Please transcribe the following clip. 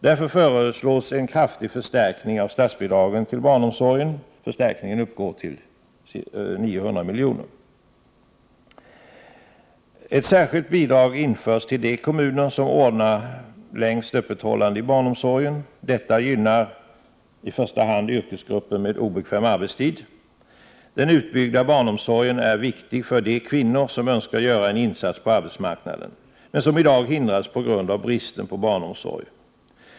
Därför föreslås en kraftig förstärkning av statsbidragen till barnomsorgen. Förstärkningen uppgår till 900 miljoner. Ett särskilt bidrag införs till de kommuner som står för längst öppethållande i barnomsorgen. Detta gynnar i första hand yrkesgrupper med obekväm arbetstid. Den utbyggda barnomsorgen är viktig för de kvinnor som önskar göra en insats på arbetsmarknaden men som i dag hindras av bristen på barnomsorg.